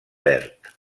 verd